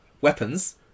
weapons